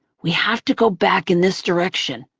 we have to go back in this direction.